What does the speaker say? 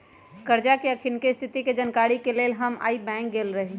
करजा के अखनीके स्थिति के जानकारी के लेल हम आइ बैंक गेल रहि